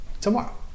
tomorrow